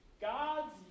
God's